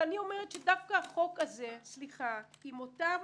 דווקא החוק הזה עם אותן